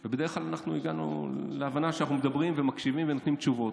ובדרך כלל הגענו להבנה שאנחנו מדברים ומקשיבים ונותנים תשובות.